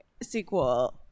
sequel